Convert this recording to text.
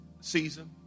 season